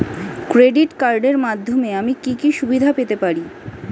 Credit কার্ডের মাধ্যমে আমি কি কি সুবিধা পেতে পারি?